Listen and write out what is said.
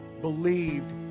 believed